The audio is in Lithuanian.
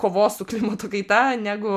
kovos su klimato kaita negu